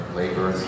Labor